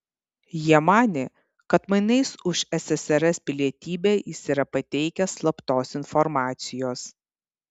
jie manė kad mainais už ssrs pilietybę jis yra pateikęs slaptos informacijos